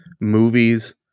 movies